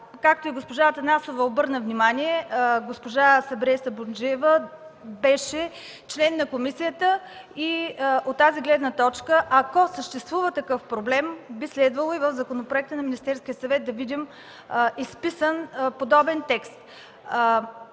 Както и госпожа Атанасова обърна внимание, госпожа Сабрие Сапунджиева беше член на комисията и от тази гледна точка, ако съществува такъв проблем, би следвало и в законопроекта на Министерския съвет да видим изписан подобен текст.